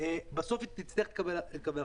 בסוף נצטרך לקבל החלטה.